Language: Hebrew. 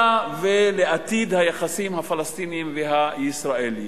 ולעתיד היחסים הפלסטיניים והישראליים.